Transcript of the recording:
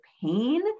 pain